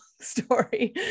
story